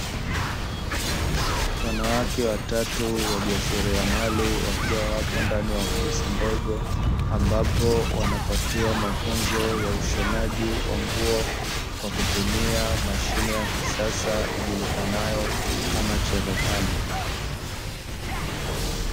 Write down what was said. Wanawake watatu wajasiriamali wakiwa wapo ndani ya ofisi ndogo ambapo wanapatiwa mafunzo ya ushonaji wa nguo kwa kutumia mashine ya kisasa ijulikanayo kama cherehani.